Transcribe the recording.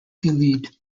gilead